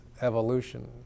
evolution